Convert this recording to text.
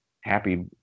happy